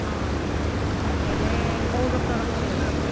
ହଁ ହେଲେ କେଉଁ ଡକ୍ଟର ଭଲ ଯେ